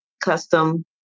custom